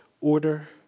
order